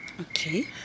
Okay